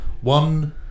one